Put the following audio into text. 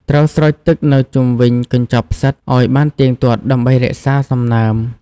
ត្រូវស្រោចទឹកនៅជុំវិញកញ្ចប់ផ្សិតឲ្យបានទៀងទាត់ ដើម្បីរក្សាសំណើម។